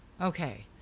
Okay